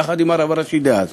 יחד עם הרב הראשי דאז.